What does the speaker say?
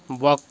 وق